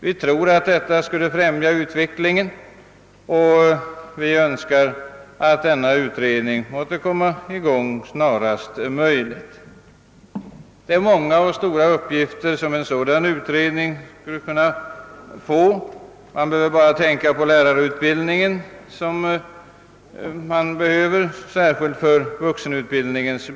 Vi tror att detta skulle främja utvecklingen, och vi önskar därför att denna utredning måtte komma i gång så snart som möjligt. En sådan utredning skulle kunna få många och stora uppgifter. Man behöver bara tänka på den särskilda lärarutbildning som krävs för vuxenutbildningen.